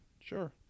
Sure